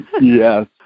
Yes